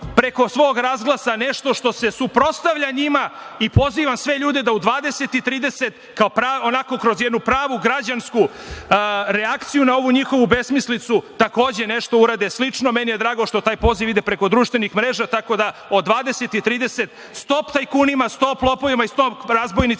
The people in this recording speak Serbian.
preko svog razglasa nešto što se suprotstavlja njima i pozivam sve ljude da u 20 i 30 časova kroz jednu pravu građansku reakciju na ovu njihovu besmislicu takođe nešto slično urade. Meni je drago što taj poziv ide preko društvenih mreža. Tako da od 20 i 30 časova – stop tajkunima, stop lopovima i stop razbojnicima